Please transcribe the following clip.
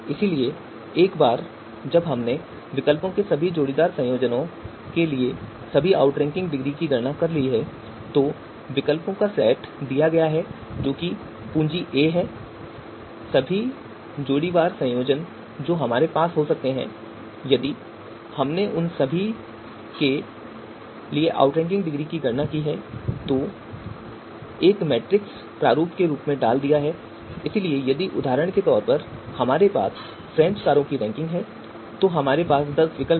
इसलिए एक बार जब हमने विकल्पों के सभी जोड़ीदार संयोजनों के लिए सभी आउटरैंकिंग डिग्री की गणना कर ली है तो विकल्पों का सेट दिया गया है जो कि पूंजी ए है सभी जोड़ी वार संयोजन जो हमारे पास हो सकते हैं यदि हमने उन सभी के लिए आउटरैंकिंग डिग्री की गणना की है और एक मैट्रिक्स प्रारूप डाल दिया है इसलिए यदि उदाहरण के लिए हमारे पास फ्रेंच कारों की रैंकिंग है तो हमारे पास दस विकल्प थे